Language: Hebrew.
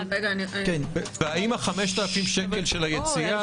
והאם ה-5,000 שקלים של היציאה,